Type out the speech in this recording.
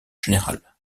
général